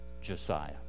Josiah